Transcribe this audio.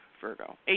Virgo